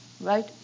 Right